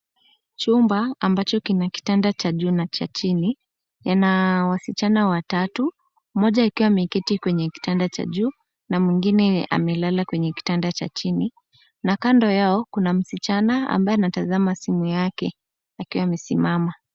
Chumba ambacho kina kitanda cha juu na cha chini yana wasichana watatu mmoja akiwa ameketi kwenye kitanda cha juu na mwingine amelala kwenye kitanda cha chini na kando yao kuna msichana ambaye anatazama simu yake akiwa amesimama.